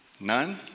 None